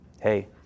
hey